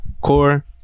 Core